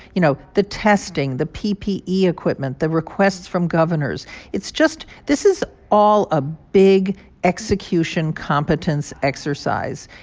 you know, the testing, the ppe the ppe ah equipment, the requests from governors it's just this is all a big execution competence exercise.